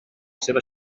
seva